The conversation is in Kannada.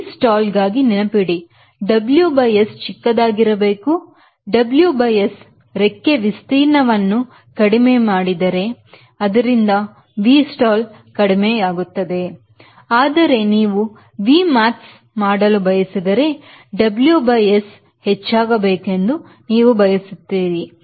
Vstall ಗಾಗಿ ನೆನಪಿಡಿ WS ಚಿಕ್ಕದಾಗಿರಬೇಕು WS ರೆಕ್ಕೆ ವಿಸ್ತೀರ್ಣವನ್ನು ಕಡಿಮೆ ಮಾಡಿದರೆ ಅದರಿಂದ Vstall ಕಡಿಮೆಯಾಗುತ್ತದೆ ಆದರೆ ನೀವು Vmax ಮಾಡಲು ಬಯಸಿದರೆ WS ಹೆಚ್ಚಾಗಬೇಕೆಂದು ನೀವು ಬಯಸುತ್ತೀರಿ